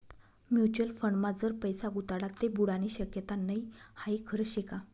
Mutual फंडमा जर पैसा गुताडात ते बुडानी शक्यता नै हाई खरं शेका?